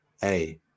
Hey